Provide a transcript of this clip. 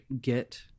get